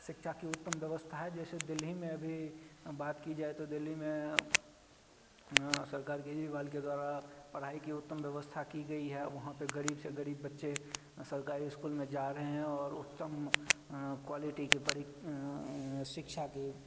शिक्षा की उत्तम व्यवस्था है जैसे दिल्ली में अभी बात कि जाए तो दिल्ली में सरकार केजरीवाल के द्वारा पढ़ाई की उत्तम व्यवस्था की गई है वहाँ पर ग़रीब से ग़रीब बच्चे सरकारी स्कूल में जा रहे हैं और उत्तम क्वालिटी की परि शिक्षा की